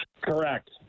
Correct